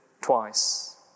twice